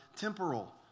temporal